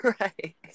Right